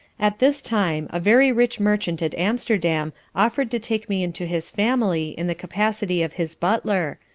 at this time a very rich merchant at amsterdam offered to take me into his family in the capacity of his butler,